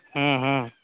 हँ हँ